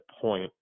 point